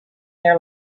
their